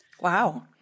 Wow